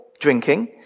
drinking